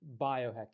biohacking